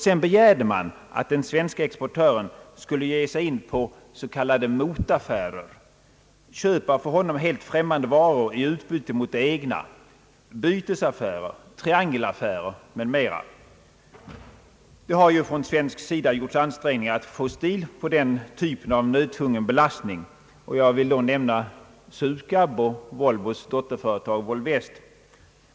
Sedan begärde man att den svenska exportören skulle ge sig in på s.k. motaffärer, köp av för honom helt främmande varor i utbyte mot de egna, bytesaffärer, triangelaffärer m. m, Det har från svensk sida gjorts ansträngningar att få stil på den typen av nödtvungen belastning. Jag kan nämna SUKAB och Volvos dotterföretag Volvest.